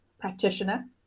practitioner